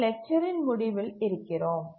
நாம் லெக்சரின் முடிவில் இருக்கிறோம்